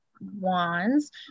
wands